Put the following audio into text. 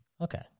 okay